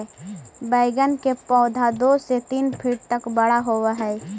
बैंगन का पौधा दो से तीन फीट तक बड़ा होव हई